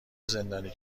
زندانی